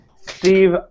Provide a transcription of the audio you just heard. Steve